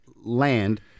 land